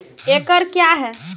एकड कया हैं?